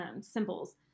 symbols